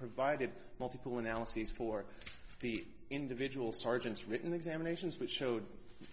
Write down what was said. provided multiple analyses for the individual sergeant's written examinations which showed